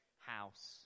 house